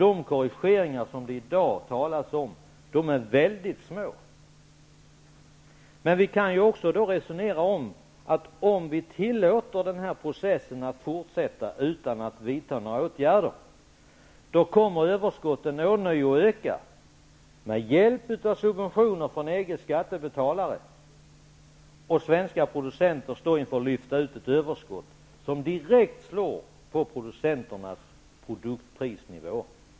De korrigeringar som det talas om i dag är mycket små. Om vi tillåter den här processen att fortsätta utan att vidta några åtgärder kommer överskotten ånyo att öka med hjälp av subventioner från EG:s skattebetalare. Då står svenska producenter inför att lyfta ut ett överskott som direkt slår på producenternas produktprisnivå.